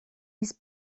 his